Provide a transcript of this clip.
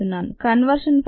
conversion factor 2